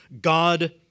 God